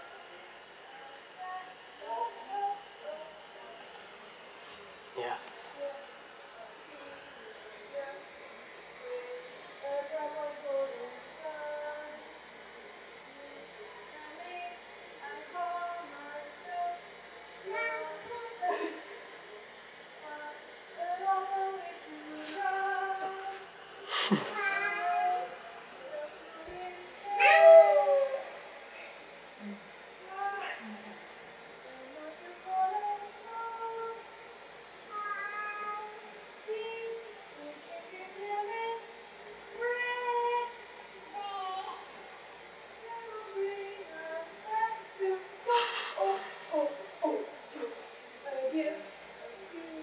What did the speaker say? ya